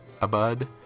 Abud